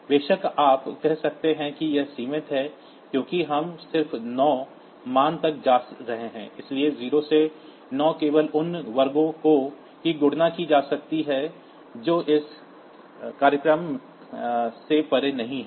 बेशक आप कह सकते हैं कि यह सीमित है क्योंकि हम सिर्फ 9 मान तक जा रहे हैं इसलिए 0 से 9 केवल उन वर्गों की गणना की जा सकती है जो इस प्रोग्राम से परे नहीं हैं